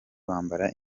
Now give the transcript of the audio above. bambara